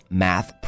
math